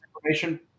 information